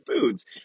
foods